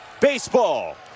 baseball